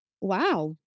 Wow